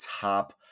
top